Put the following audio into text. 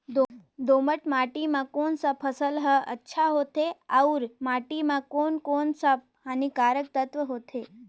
दोमट माटी मां कोन सा फसल ह अच्छा होथे अउर माटी म कोन कोन स हानिकारक तत्व होथे?